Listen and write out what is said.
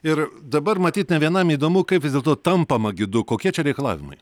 ir dabar matyt ne vienam įdomu kaip vis dėlto tampama gidu kokie čia reikalavimai